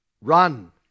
run